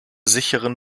sicheren